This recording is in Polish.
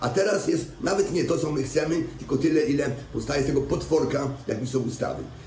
A teraz jest nawet nie to, co my chcemy, tylko tyle, ile powstaje z tego potworka, jakim są ustawy.